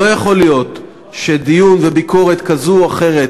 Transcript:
לא יכול להיות שדיון, שביקורת כזאת או אחרת,